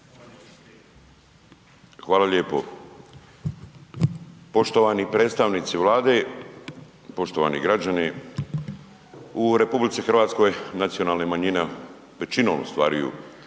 Hvala lijepo. Poštovani predstavnici Vlade, poštovani građani, u RH nacionalne manjine većinom ostvaruju